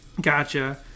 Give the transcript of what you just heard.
Gotcha